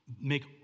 make